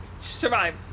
Survive